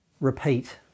Repeat